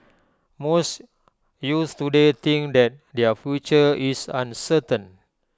most youths to day think that their future is uncertain